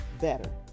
better